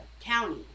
county